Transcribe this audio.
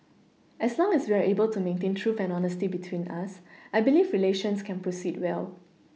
as long as we are able to maintain trust and honesty between us I believe relations can proceed well